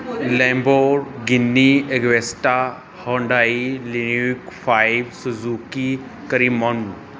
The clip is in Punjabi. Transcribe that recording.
ਲੈਬੋਗਿੰਨੀ ਐਗੋਰੇਸਟਾ ਹੋਂਡਾਈ ਲੀਕ ਫਾਈਵ ਸਜ਼ੂਕੀ ਕਰੀਮੋਗ